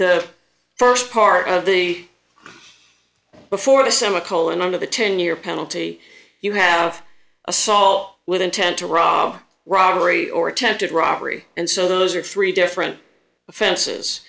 the st part of the before the semi colon under the ten year penalty you have assault with intent to rob robbery or attempted robbery and so those are three different offenses